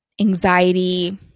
anxiety